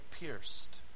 pierced